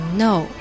no